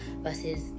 versus